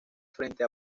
frente